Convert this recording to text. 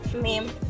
meme